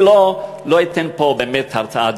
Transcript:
אני לא אתן פה באמת הרצאה.